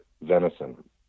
venison